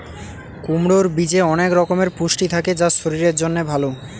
কুমড়োর বীজে অনেক রকমের পুষ্টি থাকে যা শরীরের জন্য ভালো